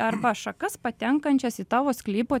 arba šakas patenkančias į tavo sklypo